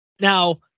now